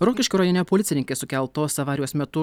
rokiškio rajone policininkės sukeltos avarijos metu